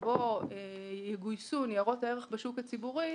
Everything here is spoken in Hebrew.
שבו יגויסו ניירות ערך בשוק הציבורי